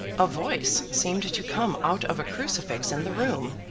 a voice seemed to come out of a crucifix in the room,